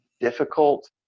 difficult